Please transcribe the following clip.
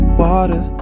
water